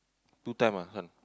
two time ah this one